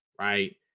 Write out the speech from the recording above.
right